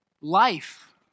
life